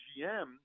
GM